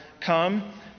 come